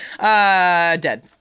Dead